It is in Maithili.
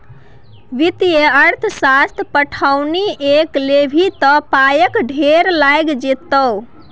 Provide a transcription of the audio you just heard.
वित्तीय अर्थशास्त्रक पढ़ौनी कए लेभी त पायक ढेर लागि जेतौ